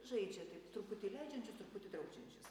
žaidžia taip truputį leidžiančius truputį draudžiančius